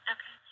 Okay